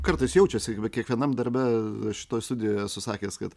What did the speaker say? kartais jaučiasi va kiekvienam darbe šitoj studijoj esu sakęs kad